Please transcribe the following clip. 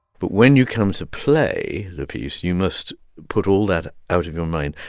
but when you come to play the piece, you must put all that out of your mind.